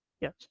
Yes